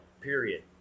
period